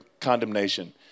condemnation